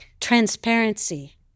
transparency